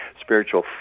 spiritual